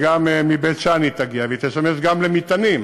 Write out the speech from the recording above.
וגם מבית-שאן היא תגיע, והיא תשמש גם למטענים